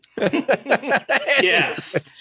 Yes